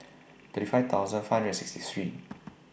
thirty five thousand five hundred and sixty three